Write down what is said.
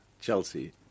Chelsea